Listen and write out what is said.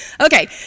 Okay